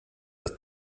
das